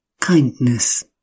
kindness